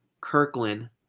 Kirkland